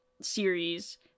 series